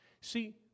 See